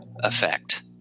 effect